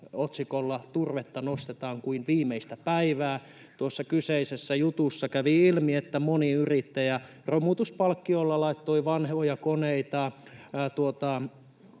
otsikolla ”Turvetta nostetaan kuin viimeistä päivää”. Tuossa kyseisessä jutussa kävi ilmi, että moni yrittäjä laittoi romutuspalkkiolla vanhoja koneita